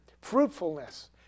fruitfulness